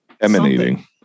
emanating